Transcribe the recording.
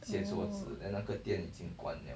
oh